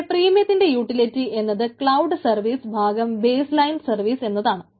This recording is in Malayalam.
ഇവിടെ പ്രീമിയത്തിന്റെ യൂട്ടിലിറ്റി എന്നത് ക്ലൌഡ് സർവീസ് ഭാഗം ബേസ് ലൈൻ സർവീസ് എന്നതാണ്